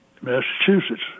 Massachusetts